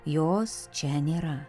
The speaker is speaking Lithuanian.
jos čia nėra